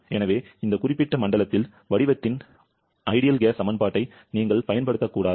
எனவே இந்த குறிப்பிட்ட மண்டலத்தில் வடிவத்தின் சிறந்த வாயு சமன்பாட்டை நீங்கள் பயன்படுத்தக்கூடாது